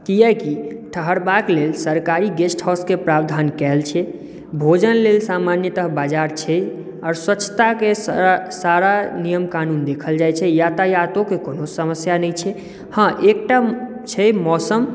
कियाकि ठहरबाक लेल सरकारी गेस्ट हाउसके प्रावधान कयल छै भोजन लेल सामान्यतः बाजार छै आओर स्वच्छताके सारा नियम कानून देखल जाइत छै यातयातोक कोनो समस्या नहि छै हँ एकटा छै मौसम